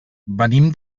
venim